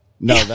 No